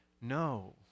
no